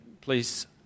please